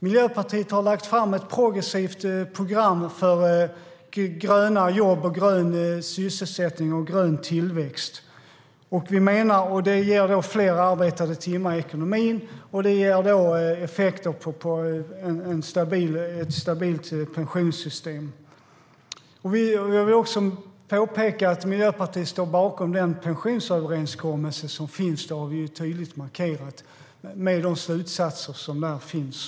Miljöpartiet har lagt fram ett progressivt program för gröna jobb, grön sysselsättning och grön tillväxt. Och det ger fler arbetade timmar i ekonomin och effekter på ett stabilt pensionssystem.